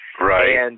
Right